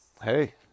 hey